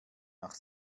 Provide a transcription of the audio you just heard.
nach